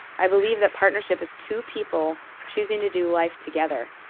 i believe that partnership is two people choosing to do life together.